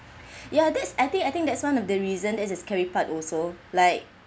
ya that's I think I think that's one of the reason that's the scary part also like